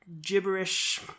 gibberish